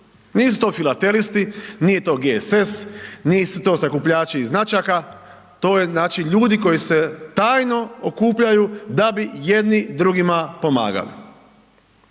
Nisu to filatelisti, nije to GSS, nisu to sakupljači značaka, to je znači ljudi koji se tajno okupljaju da bi jedni drugima pomagali.